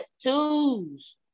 Tattoos